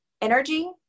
energy